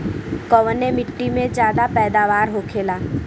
कवने मिट्टी में ज्यादा पैदावार होखेला?